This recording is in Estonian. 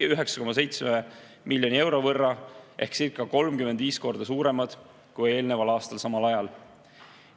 9,7 miljoni euro võrra ehkcirca35 korda suuremad kui eelneval aastal samal ajal.